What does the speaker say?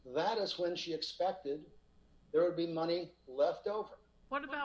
that is when she expected there would be money left over what about